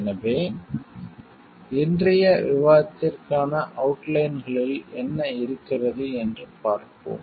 எனவே இன்றைய விவாதத்திற்கான அவுட்லைன்களில் என்ன இருக்கிறது என்று பார்ப்போம்